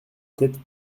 tête